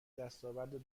دستاورد